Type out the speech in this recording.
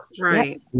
Right